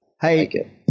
Hey